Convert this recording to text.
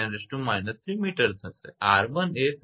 તેથી તે 40×10−3 mt થશે 𝑅1 એ 35